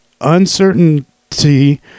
uncertainty